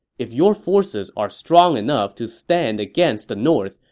if your forces are strong enough to stand against the north,